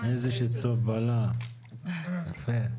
זה לא סוד וכולנו עדים לזה,